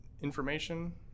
information